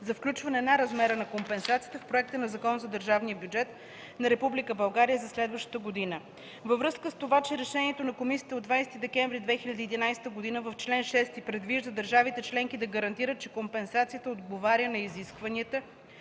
за включване на размера на компенсацията в проекта на Закон за държавния бюджет на Република България за следващата година. Във връзка с това, че Решението на Комисията от 20 декември 2011 г. в чл. 6 предвижда държавите членки да гарантират, че компенсацията отговаря на изискванията